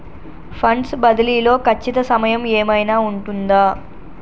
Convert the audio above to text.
Funds బదిలీ లో ఖచ్చిత సమయం ఏమైనా ఉంటుందా?